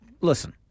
listen